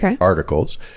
articles